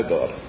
God